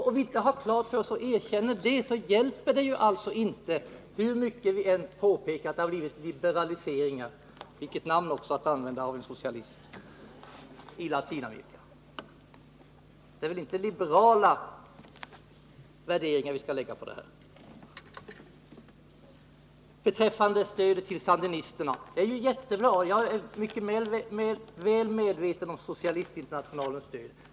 Om vi inte har detta klart för oss, hjälper det inte hur mycket man än påpekar att det har skett liberaliseringar — vilket ord att användas av en socialist; det är väl inte liberala värderingar vi skall lägga på det här. Socialistinternationalens stöd till sandinisterna är jättebra.